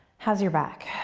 has your back.